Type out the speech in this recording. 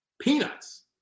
peanuts